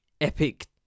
epic